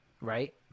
right